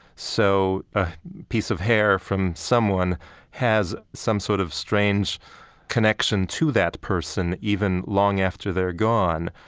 so a piece of hair from someone has some sort of strange connection to that person even long after they're gone.